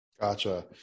Gotcha